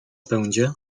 będzie